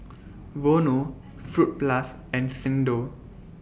Vono Fruit Plus and Xndo